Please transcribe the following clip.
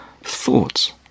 thoughts